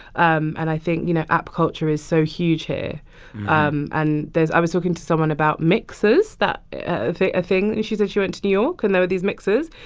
um and i think, you know, app culture is so huge here um and there's i was talking to someone about mixers that a thing. and she said she went to new york, and there were these mixers.